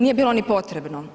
Nije bilo ni potrebno.